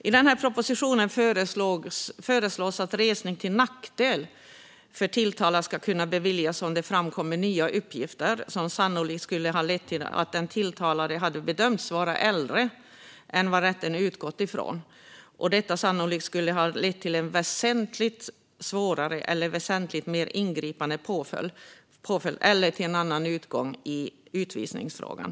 I propositionen föreslås att resning till nackdel för tilltalad ska kunna beviljas om det framkommer nya uppgifter som sannolikt skulle ha lett till att den tilltalade hade bedömts vara äldre än vad rätten utgått från och detta sannolikt skulle ha lett till en väsentligt svårare eller väsentligt mer ingripande påföljd eller till en annan utgång i utvisningsfrågan.